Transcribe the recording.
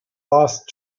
last